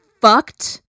fucked